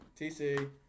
TC